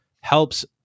helps –